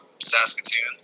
saskatoon